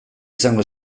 izango